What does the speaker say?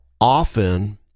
often